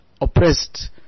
oppressed